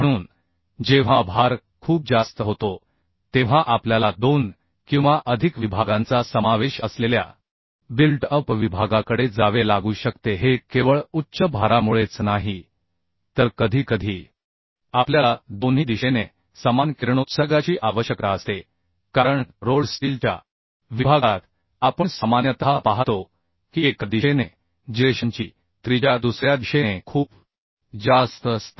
म्हणून जेव्हा भार खूप जास्त होतो तेव्हा आपल्याला दोन किंवा अधिक विभागांचा समावेश असलेल्या बिल्ट अप विभागाकडे जावे लागू शकते हे केवळ उच्च भारामुळेच नाही तर कधीकधी आपल्याला दोन्ही दिशेने समान किरणोत्सर्गाची आवश्यकता असते कारण रोल्ड स्टीलच्या विभागात आपण सामान्यतः पाहतो की एका दिशेने जिरेशनची त्रिज्या दुसऱ्या दिशेने खूप जास्त असते